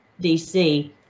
DC